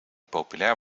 populair